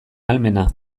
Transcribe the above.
ahalmena